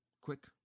quick